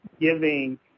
giving